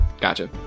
Gotcha